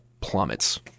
plummets